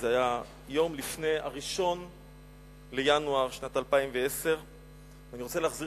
זה היה יום לפני 1 בינואר שנת 2010. ואני רוצה להחזיר